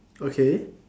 okay